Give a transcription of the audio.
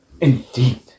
indeed